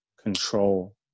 control